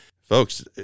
folks